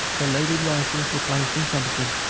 their loaded rifles were placed in front of them,